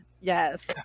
Yes